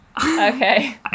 Okay